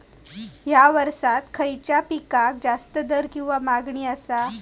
हया वर्सात खइच्या पिकाक जास्त दर किंवा मागणी आसा?